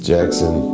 Jackson